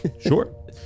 sure